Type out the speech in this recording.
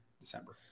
December